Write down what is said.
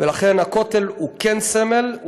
ולכן, הכותל הוא סמל.